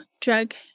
drug